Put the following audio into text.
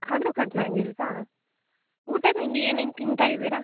ಆದ್ರೂ ಕಡಿಮೆ ಆಗಿಲ್ವಾ ಊಟ ತಿಂಡಿ ಏನೇನು ತಿನ್ತಾ ಇದ್ದೀರಾ